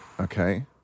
Okay